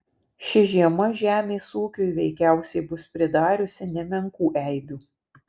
ši žiema žemės ūkiui veikiausiai bus pridariusi nemenkų eibių